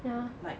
like